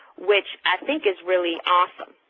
which i think is really awesome.